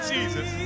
Jesus